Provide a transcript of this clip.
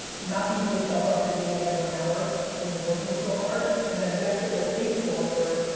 not beating yourself up that you only have one hour when you're working so hard. and then yes, it will take longer,